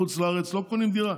בחוץ לארץ לא קונים דירה,